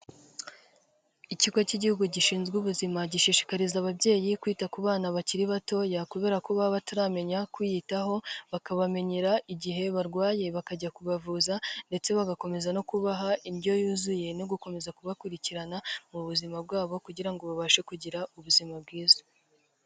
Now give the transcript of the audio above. Ikigo cy'igihugu gishinzwe ubuzima gishishikariza ababyeyi kwita ku bana bakiri batoya kubera ko bataramenya kwitaho, bakabamenyera igihe barwaye bakajya kubavuza ndetse bagakomeza no kubaha indyo yuzuye no gukomeza kubakurikirana mu buzima bwabo, kugira ngo babashe kugira ubuzima bwiza.